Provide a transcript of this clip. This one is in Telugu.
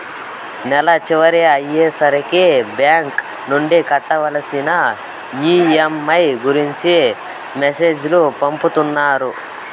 నెల చివర అయ్యే సరికి బ్యాంక్ నుండి కట్టవలసిన ఈ.ఎం.ఐ గురించి మెసేజ్ లు పంపుతారు